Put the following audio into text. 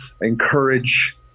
encourage